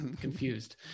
confused